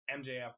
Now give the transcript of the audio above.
mjf